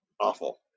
awful